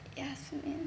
yasmine